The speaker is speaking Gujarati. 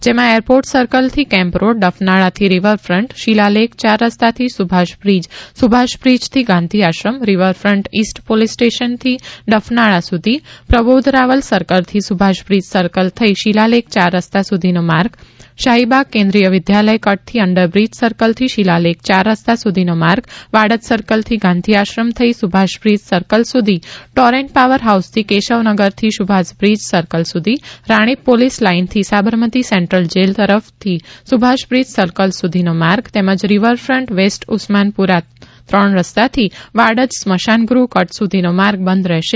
જેમાં એરપોર્ટ સર્કલથી કેમ્પ રોડ ડફનાળાથી રિવરફન્ટ શિલાલેખ ચાર રસ્તાથી સુભાશ બ્રીજ સુભાષ બ્રીજથી ગાંધીઆશ્રમ રિવરફન્ટ ઇસ્ટ પોલીસ સ્ટેશનથી ડફનાળા સુધી પ્રબોધરાવલ સર્કલથી સુભાષબ્રીજ સર્કલ થઇ શિલાલેખ ચાર રસ્તા સુધીનો માર્ગ શાહીબાગ કેન્દ્રીય વિદ્યાલય કટથી અંડરબ્રીજ સર્કલથી શિલાલેખ ચાર રસ્તા સુધીનો માર્ગ વાડજ સર્કલથી ગાંધી આશ્રમ થઇ સુભાષ બ્રીજ સર્કલ સુધી ટોરેન્ટ પાવર હાઉસથી કેશવનગરથી સુભાષબ્રીજ સર્કલ સુધી રાણીપ પોલીસ લાઇનથી સાબરમતી સેન્ટ્રલ જેલ તરફથી સુભાષબ્રીજ સર્કલ સુધીનો માર્ગ તેમજ રિવરફન્ટ વેસ્ટ ઉસ્માનપુરા ત્રણ રસ્તાથી વાડજ સ્મશાનગૂહ કટ સુધીનો માર્ગ બંધ રહેશે